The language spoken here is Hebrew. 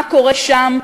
מה קורה שם?